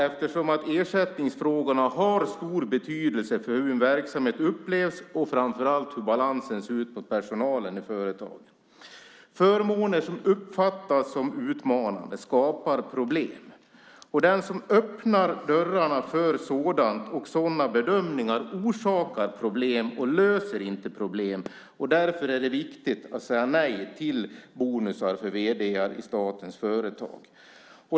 Ersättningsfrågorna har stor betydelse för hur en verksamhet upplevs och framför allt för hur balansen ser ut mot personalen i företagen. Förmåner som uppfattas som utmanande skapar problem. Den som öppnar dörrarna för sådant och sådana bedömningar orsakar problem och löser inte problem. Därför är det viktigt att säga nej till bonusar för vd:ar i statens företag.